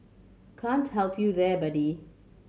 can't help you there buddy